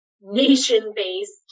nation-based